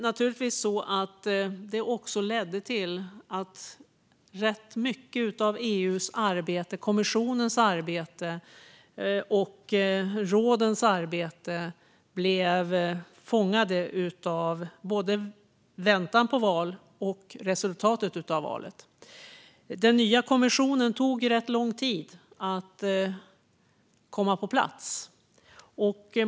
Naturligtvis ledde det till att rätt mycket av EU:s, kommissionens och rådens arbete blev fångat av både väntan på och resultatet av val. Det tog lång tid för den nya kommissionen att komma på plats.